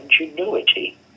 ingenuity